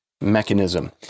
mechanism